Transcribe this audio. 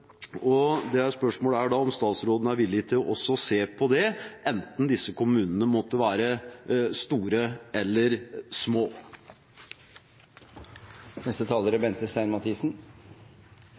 med og avhjelpe. Spørsmålet er om statsråden er villig til også å se på det, enten disse kommunene måtte være store eller